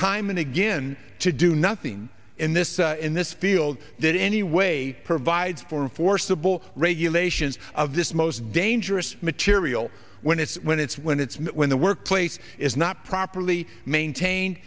time and again to do nothing in this in this field that anyway provides for forcible regulation of this most dangerous material when it's when it's when it's when the workplace is not properly